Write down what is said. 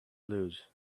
lose